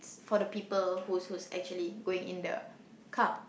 for the people who's who's actually going in the car